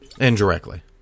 indirectly